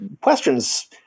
questions